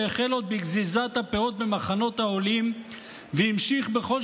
שהחל עוד בגזיזת הפאות במחנות העולים והמשיך בכל